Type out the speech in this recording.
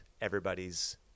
everybody's